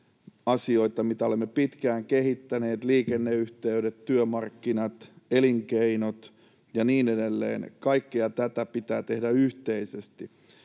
asioita, mitä olemme pitkään kehittäneet: liikenneyhteydet, työmarkkinat, elinkeinot ja niin edelleen. Kaikkea tätä pitää tehdä yhteisesti.